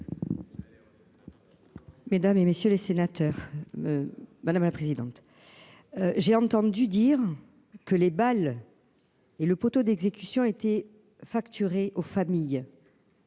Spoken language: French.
Mesdames, et messieurs les sénateurs. Madame la présidente. J'ai entendu dire que les balles. Et le poteau d'exécution été facturé aux familles.